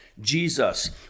Jesus